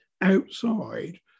outside